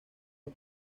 los